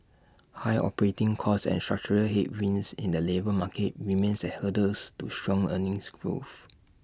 high operating costs and structural headwinds in the labour market remains as hurdles to strong earnings growth